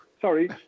sorry